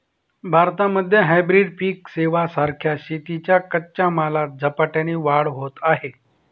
भारतामध्ये हायब्रीड पिक सेवां सारख्या शेतीच्या कच्च्या मालात झपाट्याने वाढ होत आहे